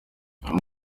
bamwe